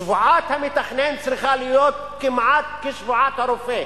שבועת המתכנן צריכה להיות כמעט כשבועת הרופא,